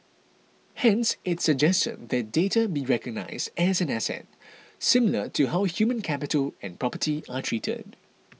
hence it suggested that data be recognised as an asset similar to how human capital and property are treated